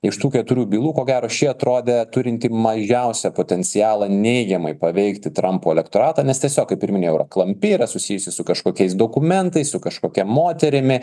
iš tų keturių bylų ko gero ši atrodė turinti mažiausią potencialą neigiamai paveikti trampo elektoratą nes tiesiog kaip ir minėjau klampi yra susijusi su kažkokiais dokumentais su kažkokia moterimi